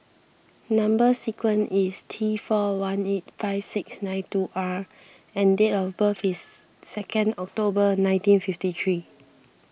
Number Sequence is T four one eight five six nine two R and date of birth is second October nineteen fifty three